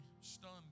stunned